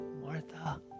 Martha